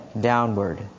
downward